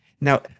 Now